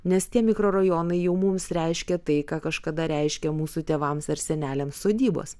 nes tie mikrorajonai jau mums reiškia tai ką kažkada reiškė mūsų tėvams ar seneliams sodybos